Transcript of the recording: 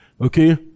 Okay